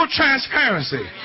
transparency